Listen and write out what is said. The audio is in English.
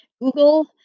Google